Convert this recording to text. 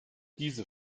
diese